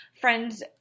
friends